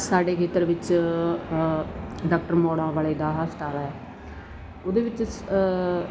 ਸਾਡੇ ਖੇਤਰ ਵਿੱਚ ਡਾਕਟਰ ਮੌੜਾਂ ਵਾਲੇ ਦਾ ਹਸਪਤਾਲ ਹੈ ਉਹਦੇ ਵਿੱਚ